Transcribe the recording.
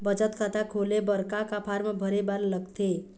बचत खाता खोले बर का का फॉर्म भरे बार लगथे?